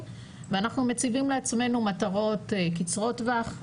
ואנחנו מציבים לעצמנו מטרות קצרות טווח.